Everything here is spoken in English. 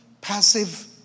passive